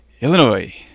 Illinois